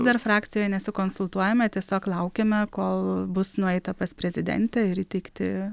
dar frakcijoje nesikonsultuojame tiesiog laukiame kol bus nueita pas prezidentę ir įteikti